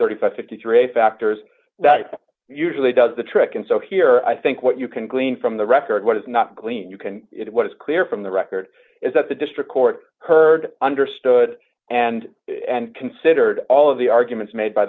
and fifty three factors that usually does the trick and so here i think what you can glean from the record what is not gleaned you can it what is clear from the record is that the district court heard understood and and considered all of the arguments made by